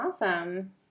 Awesome